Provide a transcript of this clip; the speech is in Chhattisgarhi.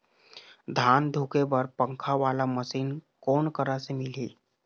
धान धुके बर पंखा वाला मशीन कोन करा से मिलही?